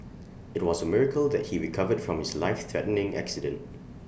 IT was miracle that he recovered from his lifethreatening accident